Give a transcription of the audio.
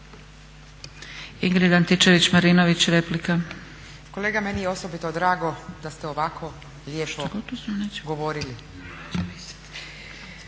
**Antičević Marinović, Ingrid (SDP)** Kolega meni je osobito drago da ste ovako lijepo govorili